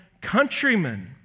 countrymen